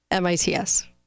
MITS